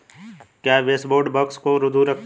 क्या baseboard bugs को दूर रखते हैं?